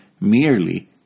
merely